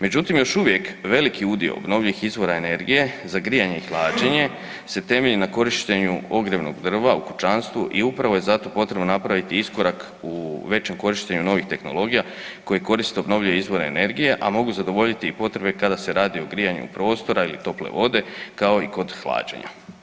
Međutim, još uvijek veliki udio obnovljivih izvora energije za grijanje i hlađenje se temelji na korištenju ogrjevnog drva u kućanstvu i upravo je zato potrebno napraviti iskorak u većem korištenju novih tehnologija koje koriste obnovljive izvore energije, a mogu zadovoljiti i potrebe kada se radi o grijanju prostora ili tople vode, kao i kod hlađenja.